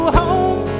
home